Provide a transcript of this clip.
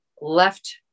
left